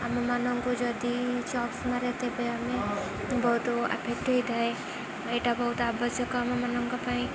ଆମମାନଙ୍କୁ ଯଦି ଚପ୍ସ ମାରେ ତେବେ ଆମେ ବହୁତ ଆଫେକ୍ଟ ହୋଇଥାଏ ଏଇଟା ବହୁତ ଆବଶ୍ୟକ ଆମମାନଙ୍କ ପାଇଁ